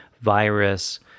virus